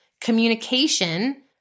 communication